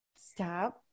stop